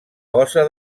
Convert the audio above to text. fossa